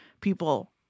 people